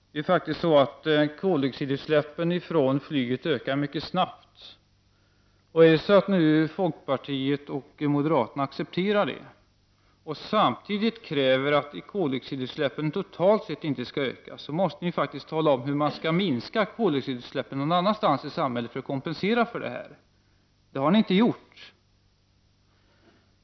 Herr talman! Koldioxidutsläppen från flyget ökar mycket snabbt. Om nu folkpartiet och moderaterna accepterar detta, och samtidigt kräver att koldioxidutsläppen totalt sett inte skall ökas, måste ni tala om hur man skall minska koldioxidutsläppen någon annanstans i samhället för att kompensera detta. Det har ni inte gjort.